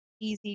easy